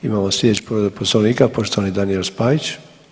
Imamo sljedeću povredu poslovnika poštovani Daniel Spajić.